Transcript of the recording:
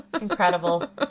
Incredible